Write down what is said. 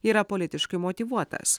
yra politiškai motyvuotas